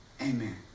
Amen